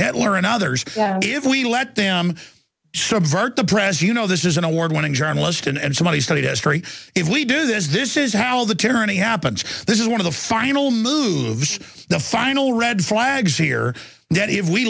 hitler and others if we let them subvert the press you know this is an award winning journalist and somebody studied history if we do this this is how the tourney happens this is one of the final moves the final red flags here that if we